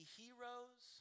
heroes